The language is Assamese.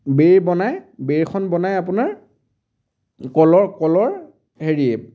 বেই বনাই বেইখন বনাই আপোনাৰ কলৰ কলৰ হেৰিয়ে